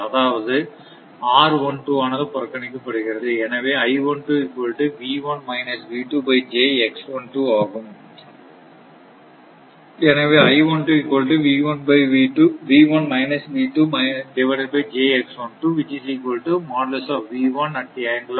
அதாவது ஆனது புறக்கணிக்கப்படுகிறது எனவே ஆகும்